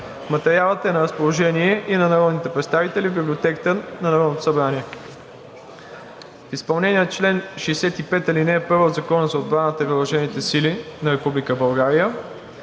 Материалът е на разположение и на народните представители в Библиотеката на Народното събрание. В изпълнение на чл. 65, ал. 1 от Закона за отбраната и въоръжените сили на